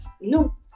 No